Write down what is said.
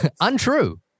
Untrue